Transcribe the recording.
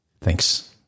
Thanks